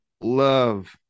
love